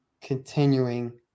continuing